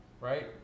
right